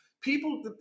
People